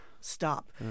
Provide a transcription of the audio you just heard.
stop